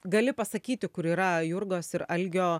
gali pasakyti kur yra jurgos ir algio